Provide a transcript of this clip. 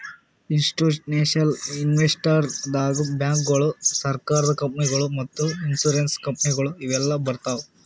institutional investors ದಾಗ್ ಬ್ಯಾಂಕ್ಗೋಳು, ಸರಕಾರದ ಕಂಪನಿಗೊಳು ಮತ್ತ್ ಇನ್ಸೂರೆನ್ಸ್ ಕಂಪನಿಗೊಳು ಇವೆಲ್ಲಾ ಬರ್ತವ್